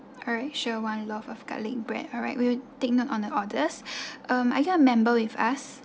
alright sure one loaf of garlic bread alright we'll take note on the orders um are you a member with us